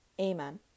Amen